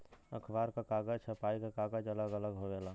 अखबार क कागज, छपाई क कागज अलग अलग होवेला